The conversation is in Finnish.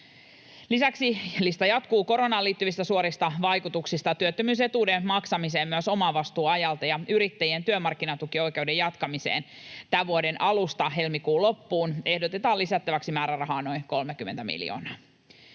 Lisäksi — lista jatkuu koronaan liittyvistä suorista vaikutuksista — työttömyysetuuden maksamiseen myös omavastuuajalta ja yrittäjien työmarkkinatukioikeuden jatkamiseen tämän vuoden alusta helmikuun loppuun ehdotetaan lisättäväksi määrärahaa noin 30 miljoonaa.